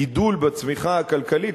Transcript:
גידול בצמיחה הכלכלית,